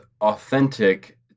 authentic